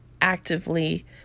actively-